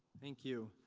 thank you.